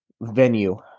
venue